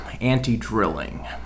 anti-drilling